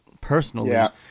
personally